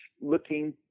looking